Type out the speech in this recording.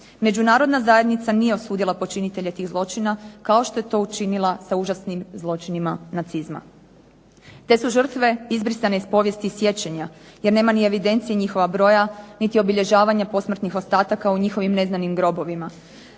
Međunarodna zajednica nije osudila počinitelje tih zločina, kao što je to učinila sa užasnim zločinima nacizma. Te su žrtve izbrisane iz povijesti sjećanja, jer nema ni evidencije njihova broja, niti obilježavanja posmrtnih ostataka u njihovim neznanim grobovima.